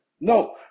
No